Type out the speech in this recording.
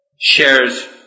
shares